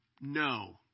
No